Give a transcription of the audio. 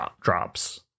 drops